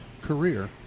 career